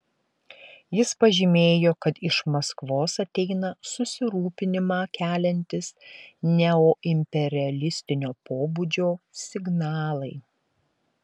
jis pažymėjo kad iš maskvos ateina susirūpinimą keliantys neoimperialistinio pobūdžio signalai